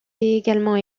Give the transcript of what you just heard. également